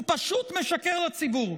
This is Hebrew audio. הוא פשוט משקר לציבור,